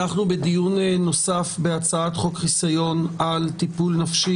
אנחנו בדיון נוסף בהצעת חוק חיסיון על טיפול נפשי